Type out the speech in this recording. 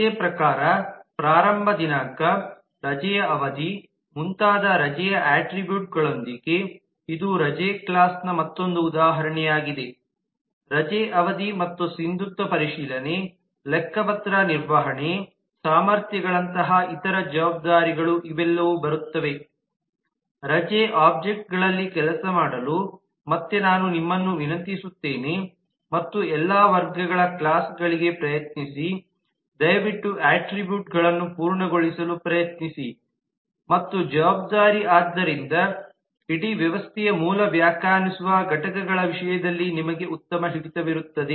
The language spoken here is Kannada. ರಜೆ ಪ್ರಕಾರ ಪ್ರಾರಂಭ ದಿನಾಂಕ ರಜೆಯ ಅವಧಿ ಮುಂತಾದ ರಜೆಯ ಅಟ್ರಿಬ್ಯೂಟ್ಗಳೊಂದಿಗೆ ಇದು ರಜೆ ಕ್ಲಾಸ್ನ ಮತ್ತೊಂದು ಉದಾಹರಣೆಯಾಗಿದೆ ರಜೆಯ ಅವಧಿ ಮತ್ತು ಸಿಂಧುತ್ವ ಪರಿಶೀಲನೆ ಲೆಕ್ಕಪತ್ರ ನಿರ್ವಹಣೆ ಸಾಮರ್ಥ್ಯಗಳಂತಹ ಇತರ ಜವಾಬ್ದಾರಿಗಳು ಇವೆಲ್ಲವೂ ಬರುತ್ತವೆ ರಜೆ ಒಬ್ಜೆಕ್ಟ್ಗಳಲ್ಲಿ ಕೆಲಸ ಮಾಡಲು ಮತ್ತೆ ನಾನು ನಿಮ್ಮನ್ನು ವಿನಂತಿಸುತ್ತೇನೆ ಮತ್ತು ಎಲ್ಲಾ ವರ್ಗಗಳ ಕ್ಲಾಸ್ಗಳಿಗೆ ಪ್ರಯತ್ನಿಸಿ ದಯವಿಟ್ಟು ಅಟ್ರಿಬ್ಯೂಟ್ಗಳನ್ನು ಪೂರ್ಣಗೊಳಿಸಲು ಪ್ರಯತ್ನಿಸಿ ಮತ್ತು ಜವಾಬ್ದಾರಿ ಆದ್ದರಿಂದ ಇಡೀ ವ್ಯವಸ್ಥೆಯ ಮೂಲ ವ್ಯಾಖ್ಯಾನಿಸುವ ಘಟಕಗಳ ವಿಷಯದಲ್ಲಿ ನಿಮಗೆ ಉತ್ತಮ ಹಿಡಿತವಿರುತ್ತದೆ